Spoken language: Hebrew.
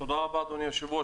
תודה רבה, אדוני היושב-ראש.